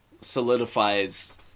solidifies